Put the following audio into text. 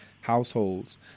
households